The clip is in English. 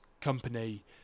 company